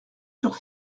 sur